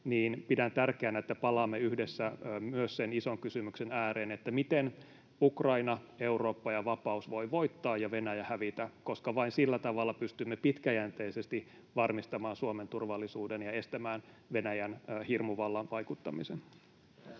pidän tärkeänä, että palaamme yhdessä myös sen ison kysymyksen ääreen, miten Ukraina, Eurooppa ja vapaus voi voittaa ja Venäjä hävitä, koska vain sillä tavalla pystymme pitkäjänteisesti varmistamaan Suomen turvallisuuden ja estämään Venäjän hirmuvallan vaikuttamisen.